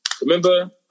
Remember